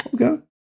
Okay